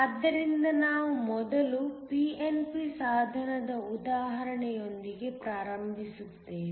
ಆದ್ದರಿಂದ ನಾವು ಮೊದಲು pnp ಸಾಧನದ ಉದಾಹರಣೆಯೊಂದಿಗೆ ಪ್ರಾರಂಭಿಸುತ್ತೇವೆ